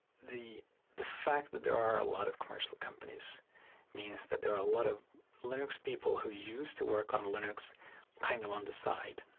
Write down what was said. the the fact that there are a lot of commercial companies means that there are a lot of linux people who used to work on linux kind of on the side.